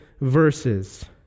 verses